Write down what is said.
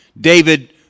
David